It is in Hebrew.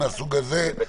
וכולי,